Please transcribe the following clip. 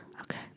Okay